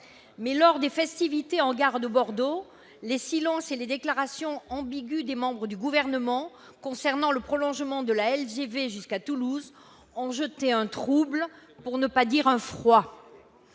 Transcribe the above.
Mais, lors des festivités en gare de Bordeaux, les silences et les déclarations ambiguës des membres du Gouvernement concernant le prolongement de la LGV jusqu'à Toulouse ont jeté un trouble, pour ne pas dire un froid.